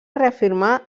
reafirmar